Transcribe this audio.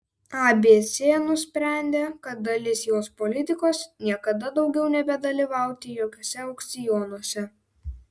abc nusprendė kad dalis jos politikos niekada daugiau nebedalyvauti jokiuose aukcionuose